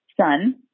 son